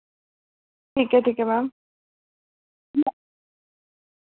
ठीक ऐ ठीक ऐ मैम